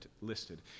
listed